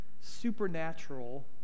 supernatural